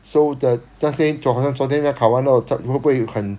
so the 那些昨好像昨天考完了他会不会很